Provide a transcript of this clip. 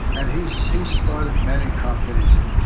and he's he's started many companies, and